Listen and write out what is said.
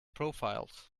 profiles